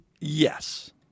Yes